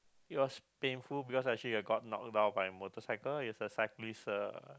because painful because actually I got knocked down by a motorcycle is a cyclist uh